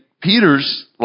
Peter's